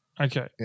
Okay